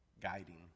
guiding